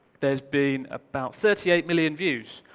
there's been about thirty eight million views